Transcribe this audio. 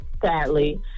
sadly